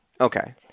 okay